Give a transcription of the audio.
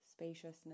spaciousness